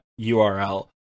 URL